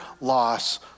loss